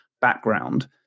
background